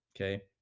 okay